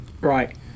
Right